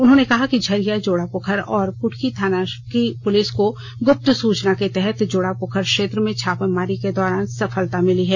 उन्होंने कहा कि झरिया जोड़ापोखर और पुटकी थाना की पुलिस को गुप्त सूचना के तहत जोड़ापोखर क्षेत्र में छापेमारी के दौरान बड़ी सफलता मिली है